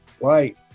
Right